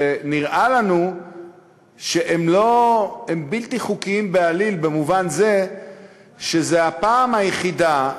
ונראה לנו שהם בלתי חוקיים בעליל במובן זה שזאת הפעם היחידה,